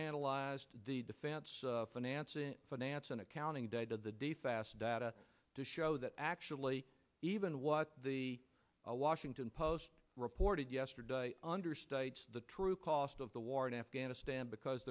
analyzed the defense financing finance and accounting data the fast data to show that actually even what the washington post reported yesterday understate the true cost of the war in afghanistan because